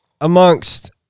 amongst